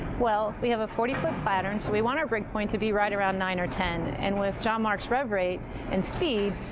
well, we have a forty foot pattern, so we want our break point to be right around nine or ten, and with john mark's rev rate and speed,